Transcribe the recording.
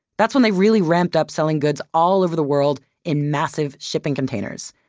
that's when they really ramped up selling goods all over the world in massive shipping containers.